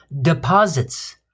deposits